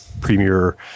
Premier